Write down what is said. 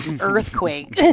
earthquake